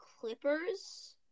Clippers